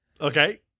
Okay